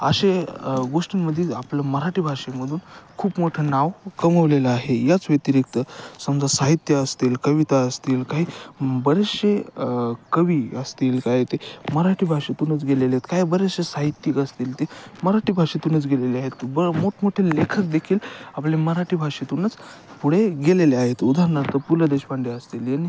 असे गोष्टींमध्येच आपलं मराठी भाषेमधून खूप मोठं नाव कमवलेलं आहे याच व्यतिरिक्त समजा साहित्य असतील कविता असतील काही बरेचसे कवी असतील काय ते मराठी भाषेतूनच गेलेले आहेत काय बरेचसे साहित्यिक असतील ते मराठी भाषेतूनच गेलेले आहेत बरं मोठमोठे लेखक देखील आपले मराठी भाषेतूनच पुढे गेलेले आहेत उदाहारणार्थ पु ल देशपांडे असतील यांनी